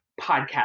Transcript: podcast